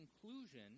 conclusion